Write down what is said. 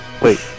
Wait